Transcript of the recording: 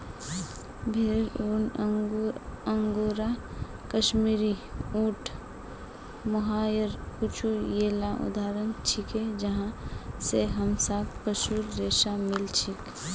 भेरेर ऊन, अंगोरा, कश्मीरी, ऊँट, मोहायर कुछू येला उदाहरण छिके जहाँ स हमसाक पशुर रेशा मिल छेक